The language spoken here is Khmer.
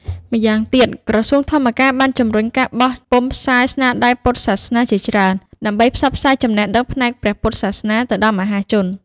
ម្យ៉ាងទៀត ក្រសួងធម្មការបានជំរុញការបោះពុម្ពផ្សាយស្នាដៃពុទ្ធសាសនាជាច្រើន ដើម្បីផ្សព្វផ្សាយចំណេះដឹងផ្នែកព្រះពុទ្ធសាសនាទៅដល់មហាជន។